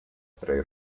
pre